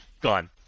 gone